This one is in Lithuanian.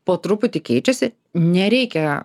po truputį keičiasi nereikia